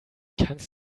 kannst